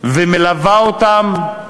ומלווה אותם,